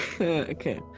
Okay